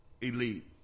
Elite